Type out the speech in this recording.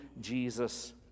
Jesus